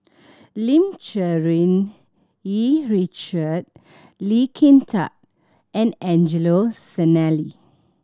Lim Cherng Yih Richard Lee Kin Tat and Angelo Sanelli